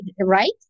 right